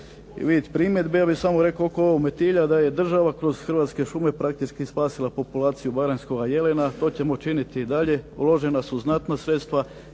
i vidjet primjedbe. Ja bih samo rekao oko ovog metilja da je država kroz Hrvatske šume praktički spasila populaciju baranjskoga jelena. To ćemo činiti i dalje. Uložena su znatna sredstva